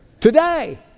Today